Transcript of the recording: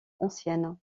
ancienne